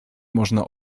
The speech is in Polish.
można